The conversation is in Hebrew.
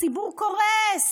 הציבור קורס.